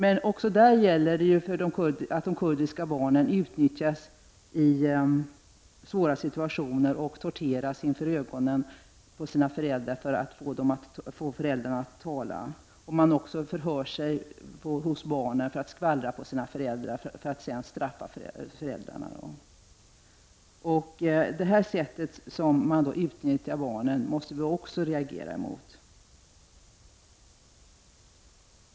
Men också på den punkten gäller att de kurdiska barnen utnyttjas i svåra situationer och torteras inför ögonen på föräldrarna för att dessa skall tala. Man försöker också få barnen att skvallra på föräldrarna vilka sedan straffas. Detta sätt att utnyttja barnen måste vi också reagera mot.